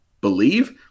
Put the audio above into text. believe